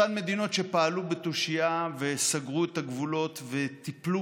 אותן מדינות שפעלו בתושייה וסגרו את הגבולות וטיפלו